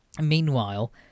Meanwhile